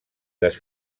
les